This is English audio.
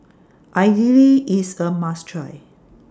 Idili IS A must Try